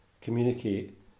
communicate